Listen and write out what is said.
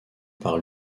par